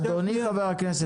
אדוני חה"כ,